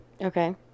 Okay